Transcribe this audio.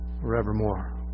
forevermore